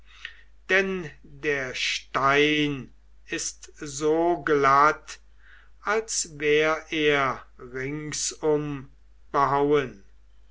denn der stein ist so glatt als wär er ringsum behauen